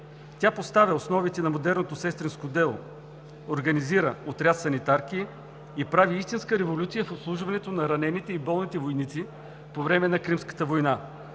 Тя поставя основите на модерното сестринско дело, организира отряд санитарки и прави истинска революция в обслужването на ранените и болните войници по време на Кримската война.